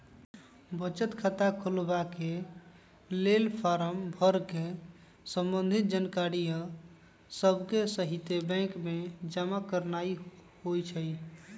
बचत खता खोलबाके लेल फारम भर कऽ संबंधित जानकारिय सभके सहिते बैंक में जमा करनाइ होइ छइ